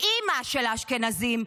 האימ-אימא של האשכנזים,